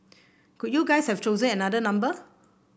couldn't you guys have chosen another number